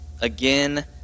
Again